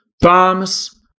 Bombs